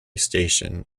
station